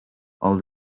all